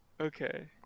Okay